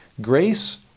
Grace